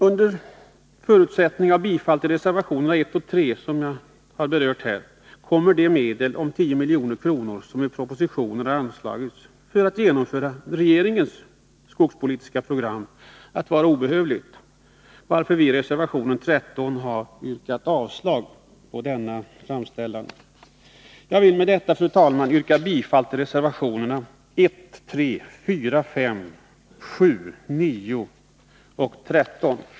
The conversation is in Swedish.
Under förutsättning av bifall till reservationerna 1 och 3, som jag nyss berört, kommer de medel om 10 milj.kr. som i propositionen anslagits för att genomföra regeringens skogspolitiska program att vara obehövliga, varför vi i reservation 13 har yrkat avslag på denna anslagsframställning. Fru talman! Jag vill med detta yrka bifall till reservationerna 1, 3, 4,5, 7,9 och 13.